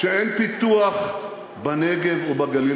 שאין פיתוח בנגב או בגליל.